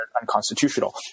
unconstitutional